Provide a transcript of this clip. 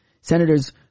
Senators